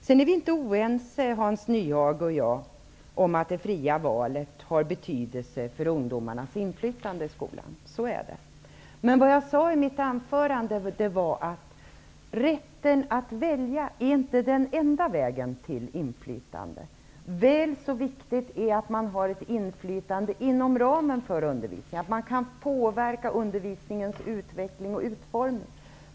Hans Nyhage och jag är inte oense om att det fria valet har betydelse för ungdomarnas inflytande i skolan. Så är det. Men jag sade i mitt anförande att rätten att välja inte är den enda vägen till inflytande. Det är väl så viktigt att eleverna har ett inflytande inom ramen för undervisningen -- att de kan påverka undervisningens utveckling och utformning.